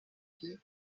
cid